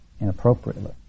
inappropriately